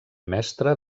mestre